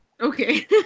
okay